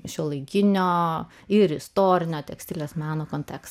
šiuolaikinio ir istorinio tekstilės meno kontekste